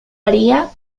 haría